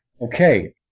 Okay